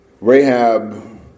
Rahab